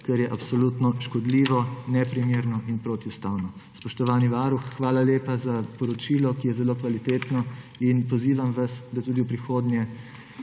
kar je absolutno škodljivo, neprimerno in protiustavno. Spoštovani varuh, hvala lepa za poročilo, ki je zelo kvalitetno. Pozivam vas, da tudi v prihodnje